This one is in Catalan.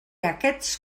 aquests